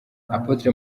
apotre